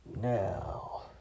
Now